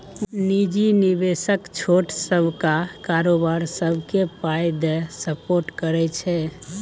निजी निबेशक छोट नबका कारोबार सबकेँ पाइ दए सपोर्ट करै छै